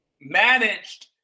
managed